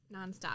Nonstop